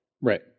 right